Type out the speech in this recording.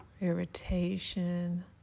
irritation